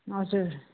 हजुर